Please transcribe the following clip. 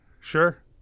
Sure